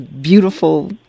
beautiful